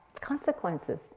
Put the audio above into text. consequences